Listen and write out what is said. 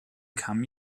come